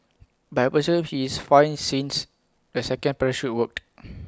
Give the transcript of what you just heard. but I presume he is fine since the second parachute worked